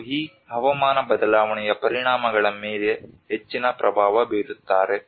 ಮತ್ತು ಈ ಹವಾಮಾನ ಬದಲಾವಣೆಯ ಪರಿಣಾಮಗಳ ಮೇಲೆ ಹೆಚ್ಚಿನ ಪ್ರಭಾವ ಬೀರುತ್ತಾರೆ